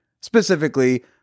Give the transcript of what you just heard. Specifically